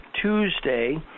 Tuesday